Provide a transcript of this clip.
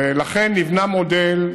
ולכן נבנה מודל,